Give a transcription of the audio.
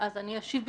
אני אשיב.